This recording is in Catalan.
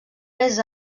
més